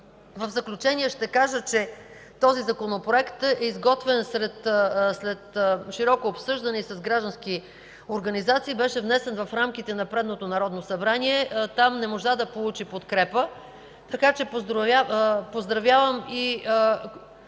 В заключение ще кажа, че този Законопроект, изготвен след широко обсъждане и с граждански организации, беше внесен в рамките на предното Народно събрание. Там не можа да получи подкрепа, така че поздравявам